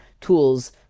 tools